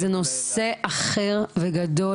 זה נושא אחר וגדול